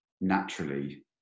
naturally